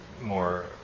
more